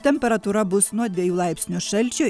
temperatūra bus nuo dviejų laipsnių šalčio